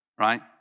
Right